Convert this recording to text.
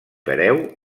hereu